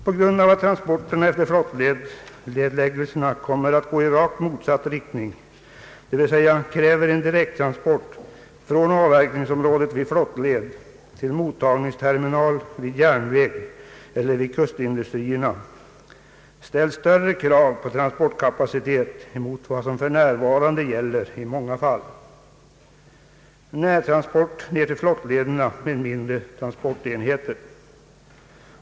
På grund av att transporterna efter flottledsnedläggelserna kommer att gå i rakt motsatt riktning, dvs. kräver en direkt transport från avverkningsområdet vid flottled till mottagningsterminal vid järnväg eller vid kustindustrierna, ställs större krav på transportkapacitet än vad som för närvarande gäller i många fall — närtransport till huvudflottleden med mindre transportenheter.